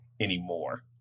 anymore